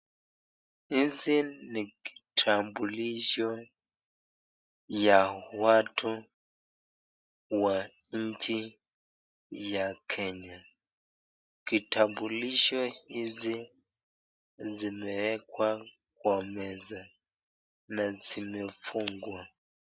Hizi ni kitabulisho ya watu wa nchi ya kenya, kitambulisho hizi zimewekwa kwa meza na zimefungwa.